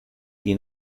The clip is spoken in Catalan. qui